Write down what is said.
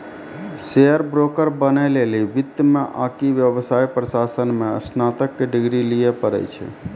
share broker बनै लेली वित्त मे आकि व्यवसाय प्रशासन मे स्नातक के डिग्री लिये पड़ै छै